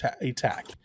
attack